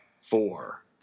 four